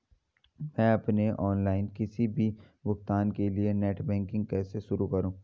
मैं अपने ऑनलाइन किसी भी भुगतान के लिए नेट बैंकिंग कैसे शुरु करूँ?